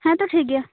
ᱛᱳ ᱴᱷᱤᱠ ᱜᱮᱭᱟ